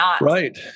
right